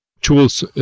tools